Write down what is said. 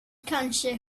kanske